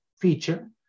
feature